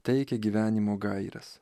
teikė gyvenimo gaires